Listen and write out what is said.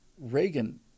Reagan